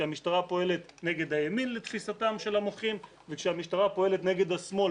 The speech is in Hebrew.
כשהמשטרה פועלת נגד הימין לתפיסתם של המוחים וכשהמשטרה פועלת נגד השמאל